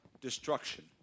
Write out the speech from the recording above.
destruction